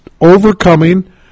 overcoming